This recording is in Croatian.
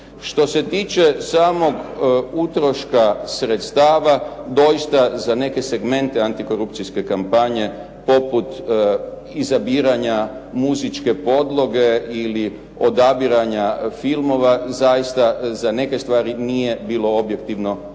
Što se tiče samog utroška sredstava doista za neke segmente antikorupcijske kampanje poput izabiranja muzičke podloge, ili odabiranja filmova zaista za neke stvari nije bilo objektivni ni lako